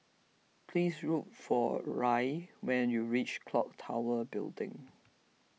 please look for Rae when you reach Clock Tower Building